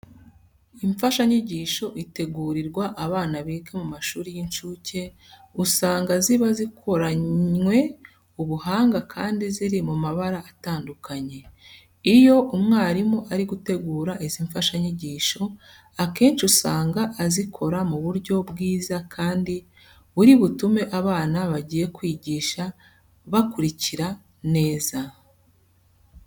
Imfashanyigisho itegurirwa abana biga mu mashuri y'incuke usanga ziba zikoranwe ubuhanga kandi ziri mu mabara atandukanye. Iyo umwarimu ari gutegura izi mfashanyigisho akenshi usanga azikora mu buryo bwiza kandi buri butume abana agiye kwigisha bakurikira neza.